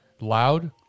Loud